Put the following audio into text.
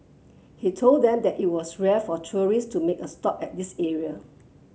he told them that it was rare for tourists to make a stop at this area